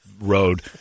road